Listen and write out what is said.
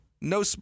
No